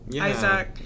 isaac